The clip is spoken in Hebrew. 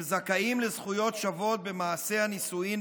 הם זכאים לזכויות שוות במעשה הנישואים,